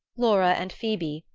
laura and phoebe,